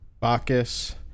Bacchus